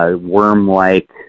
worm-like